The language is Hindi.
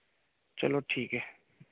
चलो ठीक है